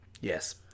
Yes